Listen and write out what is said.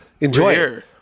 Enjoy